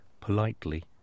politely